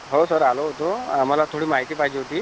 हो सर आलो होतो आम्हाला थोडी माहिती पाहिजे होती